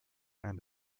and